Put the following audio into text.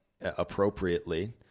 appropriately